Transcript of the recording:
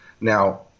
Now